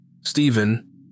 Stephen